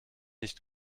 nicht